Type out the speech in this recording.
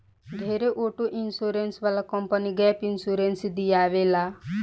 ढेरे auto insurance वाला company gap insurance दियावे ले